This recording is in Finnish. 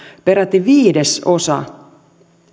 peräti viidesosa